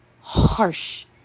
harsh